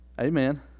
Amen